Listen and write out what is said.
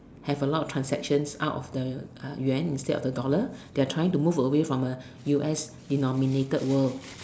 have a lot of transactions out of the uh yuan instead of the dollar they are trying to move away from the U_S denominated world